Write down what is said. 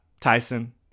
Tyson